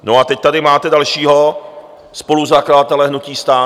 No a teď tady máte dalšího spoluzakladatele hnutí STAN.